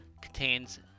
contains